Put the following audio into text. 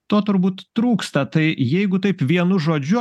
to turbūt trūksta tai jeigu taip vienu žodžiu